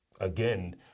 again